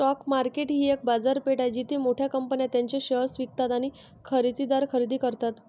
stock market ही एक बाजारपेठ आहे जिथे मोठ्या कंपन्या त्यांचे शेअर्स विकतात आणि खरेदीदार खरेदी करतात